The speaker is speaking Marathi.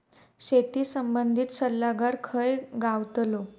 शेती संबंधित सल्लागार खय गावतलो?